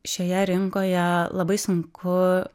šioje rinkoje labai sunku